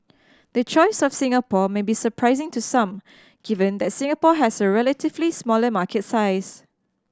the choice of Singapore may be surprising to some given that Singapore has a relatively smaller market size